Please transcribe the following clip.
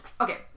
Okay